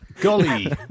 Golly